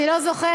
אני לא זוכרת.